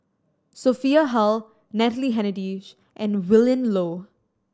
Sophia Hull Natalie Hennedige and Willin Low